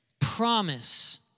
promise